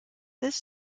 this